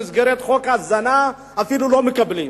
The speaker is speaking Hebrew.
אפילו במסגרת חוק ההזנה לא מקבלים.